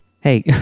hey